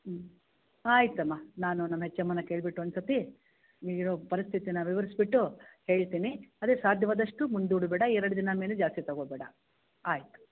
ಹ್ಞೂ ಆಯಿತಮ್ಮ ನಾನು ನಮ್ಮ ಹೆಚ್ ಎಮ್ಮನ್ನು ಕೇಳ್ಬಿಟ್ಟು ಒಂದು ಸರ್ತಿ ನೀವು ಇರೋ ಪರಿಸ್ಥಿತಿನ ವಿವರಿಸ್ಬಿಟ್ಟು ಹೇಳ್ತಿನಿ ಅದೇ ಸಾಧ್ಯವಾದಷ್ಟು ಮುಂದೂಡಬೇಡ ಎರಡು ದಿನ ಮೇಲೆ ಜಾಸ್ತಿ ತಗೋಬೇಡ ಆಯ್ತು